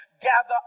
Gather